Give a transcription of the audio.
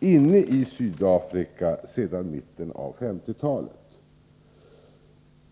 inne i Sydafrika sedan mitten av 1950-talet.